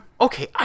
okay